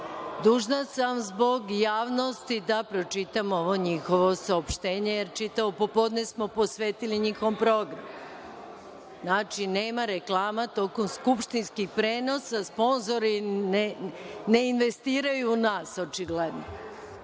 Dužna sam zbog javnosti da pročitam ovo njihovo saopštenje, jer čitavo popodne smo posvetili njihovom programu. Znači, nema reklama tokom skupštinskih prenosa, sponzori ne investiraju u nas, očigledno. Reč